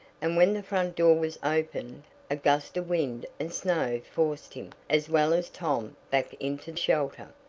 and when the front door was opened a gust of wind and snow forced him, as well as tom, back into shelter.